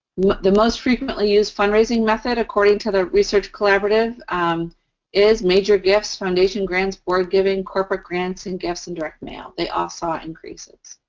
the most frequently used fundraising method, according to the research collaborative um is major gifts, foundation grants, board giving. corporate grants and gifts, and direct mail. they all saw increases.